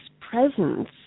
presence